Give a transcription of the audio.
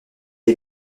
est